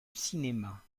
cinéma